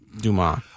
Dumas